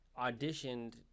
auditioned